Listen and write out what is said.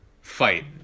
fight